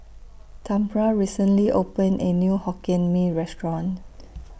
Tamra recently opened A New Hokkien Mee Restaurant